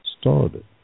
started